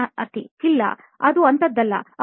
ಸಂದರ್ಶನಾರ್ಥಿ ಇಲ್ಲ ಅದು ಅಂತಹದ್ದಲ್ಲ